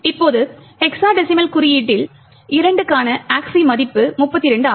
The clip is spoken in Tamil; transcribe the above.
இப்போது ஹெக்ஸா டெசிமல் குறியீட்டில் 2 க்கான ASCII மதிப்பு 32 ஆகும்